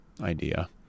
idea